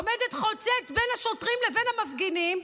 עומדת חוצץ בין השוטרים לבין המפגינים.